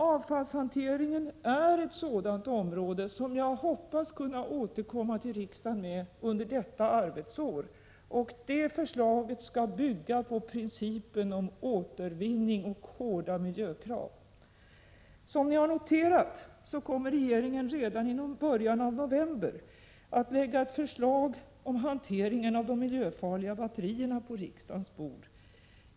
Avfallshanteringen är ett sådant område. Jag hoppas kunna återkomma till riksdagen med förslag om detta under detta arbetsår. Detta förslag skall bygga på principen om återvinning och hårda miljökrav. Som ni har noterat kommer regeringen redan i början av november att lägga fram ett förslag om hanteringen av de miljöfarliga batterierna på riksdagens bord.